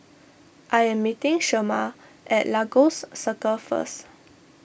I am meeting Shemar at Lagos Circle first